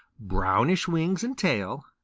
brownish wings and tail,